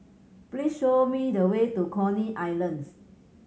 please show me the way to Coney Island